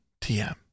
TM